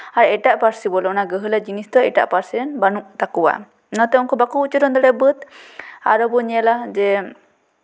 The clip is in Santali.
ᱟᱨ ᱮᱴᱟᱜ ᱯᱟᱹᱨᱥᱤ ᱵᱚᱞᱚ ᱚᱱᱟ ᱜᱟᱹᱦᱞᱟᱹ ᱡᱤᱱᱤᱥ ᱫᱚ ᱮᱴᱟᱜ ᱯᱟᱹᱨᱥᱤ ᱨᱮᱱ ᱵᱟᱹᱱᱩᱜ ᱛᱟᱠᱚᱣᱟ ᱚᱱᱟᱛᱮ ᱩᱱᱠᱩ ᱵᱟᱠᱚ ᱩᱪᱪᱟᱨᱚᱱ ᱫᱟᱲᱮᱭᱟᱜᱼᱟ ᱵᱟᱹᱫ ᱟᱨᱚ ᱵᱚᱱ ᱧᱮᱞᱟ ᱡᱮ